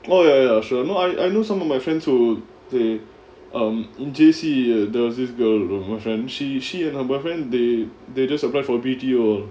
oh ya ya sure no I I know some of my friends who they um in J_C uh there was this girl her boyfriend she she and her boyfriend they they just apply for B_T_O